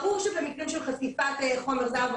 ברור שזה מקרים של חשיפת חומר זר,